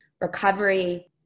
recovery